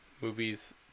movies